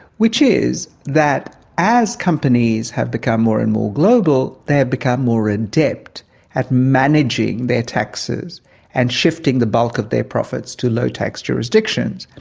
which is that as companies have become more and more global they have become more adept at managing their taxes and shifting the bulk of their profits to low tax jurisdictions.